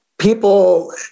people